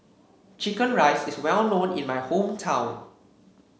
chicken rice is well known in my hometown